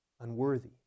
unworthy